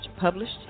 published